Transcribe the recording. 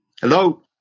Hello